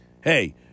Hey